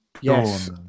Yes